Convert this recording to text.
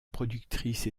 productrice